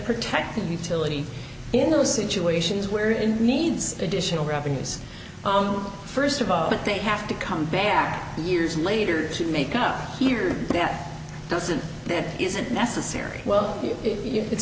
protected utility in those situations where it needs additional revenues on first of all but they have to come back years later to make up here death doesn't that isn't necessary well if it's